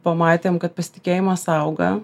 pamatėm kad pasitikėjimas auga